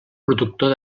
productor